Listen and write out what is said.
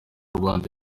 rwanda